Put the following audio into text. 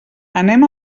anem